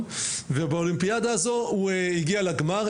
ובאולימפיאדה הזו הוא הגיע לגמר,